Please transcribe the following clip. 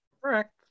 Correct